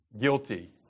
guilty